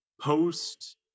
post